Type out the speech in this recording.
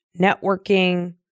networking